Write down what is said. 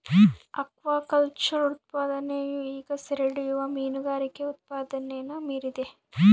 aquaculture ಉತ್ಪಾದನೆಯು ಈಗ ಸೆರೆಹಿಡಿಯುವ ಮೀನುಗಾರಿಕೆ ಉತ್ಪಾದನೆನ ಮೀರಿದೆ